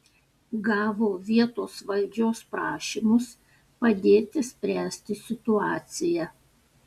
gavo vietos valdžios prašymus padėti spręsti situaciją